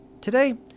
Today